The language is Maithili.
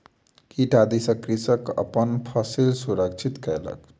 कीट आदि सॅ कृषक अपन फसिल सुरक्षित कयलक